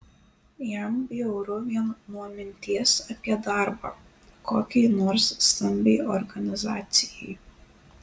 jam bjauru vien nuo minties apie darbą kokiai nors stambiai organizacijai